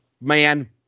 man